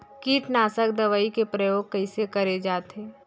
कीटनाशक दवई के प्रयोग कइसे करे जाथे?